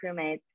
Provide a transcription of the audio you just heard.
crewmates